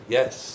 Yes